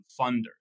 funders